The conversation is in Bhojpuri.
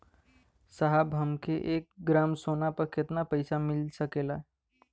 साहब हमके एक ग्रामसोना पर कितना पइसा मिल सकेला?